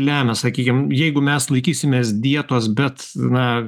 lemia sakykim jeigu mes laikysimės dietos bet na